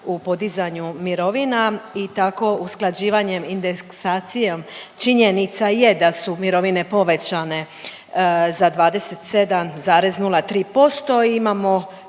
u podizanju mirovina i tako usklađivanjem indeksacijom, činjenica je da su mirovine povećane za 27,03%, imamo